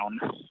down